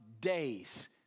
days